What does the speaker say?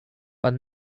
but